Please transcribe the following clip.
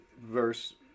verse